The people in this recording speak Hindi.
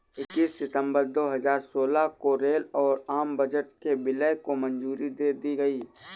इक्कीस सितंबर दो हजार सोलह को रेल और आम बजट के विलय को मंजूरी दे दी गयी